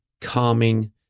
calming